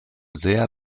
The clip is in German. sehr